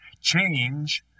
Change